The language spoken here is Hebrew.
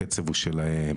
הקצב הוא שלהם.